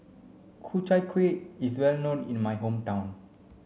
Ku Chai Kueh is well known in my hometown